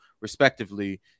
respectively